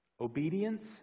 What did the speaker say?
obedience